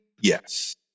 yes